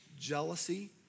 jealousy